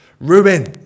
ruin